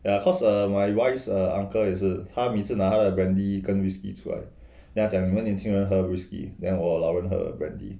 ya cause err my wife's err uncle 也是他每次拿他的:ye shi ta mei cina ta de brandy 跟 whisky 出来 then 他讲你们年轻人喝 whisky then 我老人喝 brandy